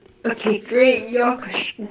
okay great your question